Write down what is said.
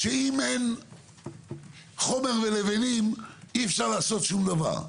שאם אין חומר ללבנים אי-אפשר לעשות שום דבר.